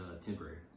temporary